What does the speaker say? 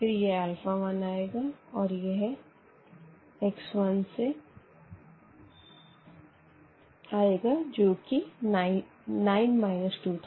फिर यह अल्फ़ा 1 आएगा और यह x 1 से आएगा जो कि 9 माइनस 2 था